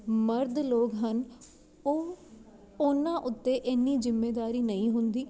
ਮਰਦ ਲੋਕ ਹਨ ਉਹ ਉਹੀਨਾਂ ਉੱਤੇ ਇੰਨੀ ਜ਼ਿੰਮੇਵਾਰੀ ਨਹੀਂ ਹੁੰਦੀ